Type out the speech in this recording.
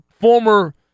former